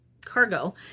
cargo